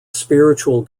spiritual